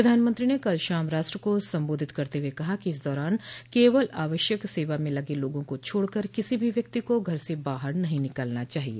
प्रधानमंत्री ने कल शाम राष्ट्र को संबोधित करते हुए कहा कि इस दौरान केवल आवश्यक सेवा में लगे लोगों को छोड़कर किसी भी व्यक्ति को घर से बाहर नहीं निकलना चाहिए